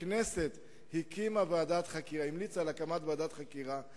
הכנסת המליצה על הקמת ועדת חקירה,